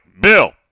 Bill